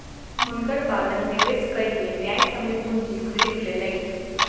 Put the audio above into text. हुनकर बालक निवेश कय के न्यायसम्य पूंजी खरीद लेलैन